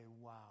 wow